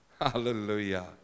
hallelujah